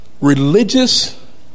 religious